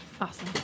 Awesome